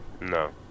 No